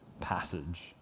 passage